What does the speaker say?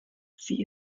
sie